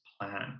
plan